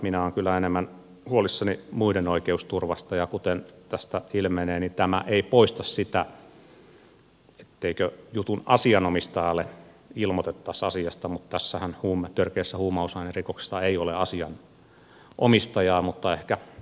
minä olen kyllä enemmän huolissani muiden oikeusturvasta ja kuten tästä ilmenee tämä ei poista sitä etteikö jutun asianomistajalle ilmoitettaisi asiasta mutta tässä törkeässä huumausainerikoksessahan ei ole asianomistajaa